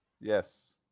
Yes